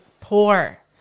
poor